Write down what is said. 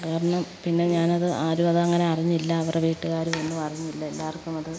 കാരണം പിന്നെ ഞാനത് ആരും അതങ്ങനെ അറിഞ്ഞില്ല അവരുടെ വീട്ടുകാരും ഒന്നും അറിഞ്ഞില്ല എല്ലാവർക്കും അത്